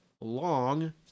long